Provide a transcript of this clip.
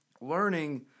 learning